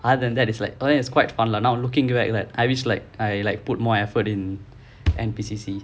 other than that it's like okay it's quite fun lah now looking back that I wish like I like put more effort in N_P_C_C